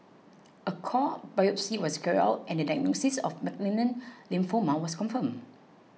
a core biopsy was carried out and the diagnosis of malignant lymphoma was confirmed